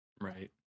Right